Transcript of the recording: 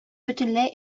бөтенләй